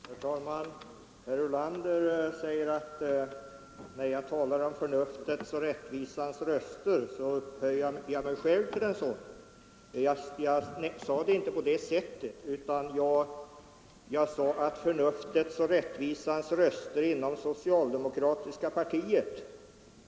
Herr talman! Herr Ulander säger att när jag talar om förnuftets och rättvisans röster så upphöjer jag mig själv till en sådan. Jag sade det inte på det sättet, utan jag talade om förnuftets och rättvisans röster inom socialdemokratiska partiet.